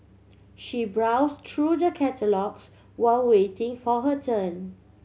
she browse through the catalogues while waiting for her turn